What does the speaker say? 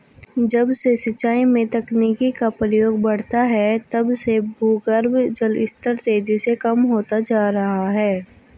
जब से सिंचाई में तकनीकी का प्रयोग बड़ा है तब से भूगर्भ जल स्तर तेजी से कम होता जा रहा है